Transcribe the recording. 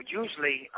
usually